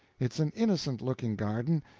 it's an innocent looking garden,